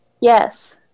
Yes